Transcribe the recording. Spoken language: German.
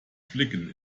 flicken